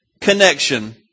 connection